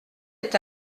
est